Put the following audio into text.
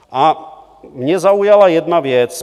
A mě zaujala jedna věc.